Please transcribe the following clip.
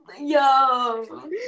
Yo